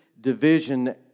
division